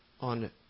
on